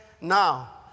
Now